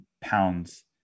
pounds